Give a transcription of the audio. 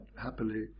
happily